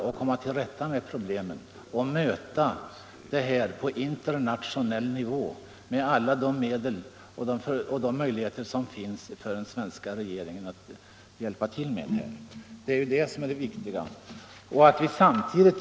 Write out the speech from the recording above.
Vi måste möta problemet på internationell nivå, och den svenska regeringen måste medverka på det sätt som är möjligt.